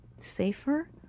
safer